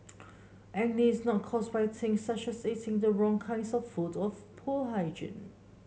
acne is not caused by things such as eating the wrong kinds of food or poor hygiene